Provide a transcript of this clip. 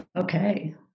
Okay